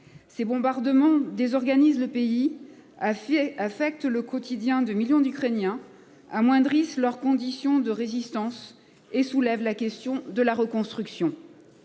Ces bombardements désorganisent le pays affilié affectent le quotidien de millions d'Ukrainiens. Amoindrissent leurs conditions de résistance et soulève la question de la reconstruction.